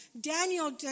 Daniel